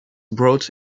brought